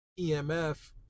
EMF